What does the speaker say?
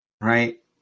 right